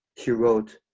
she wrote,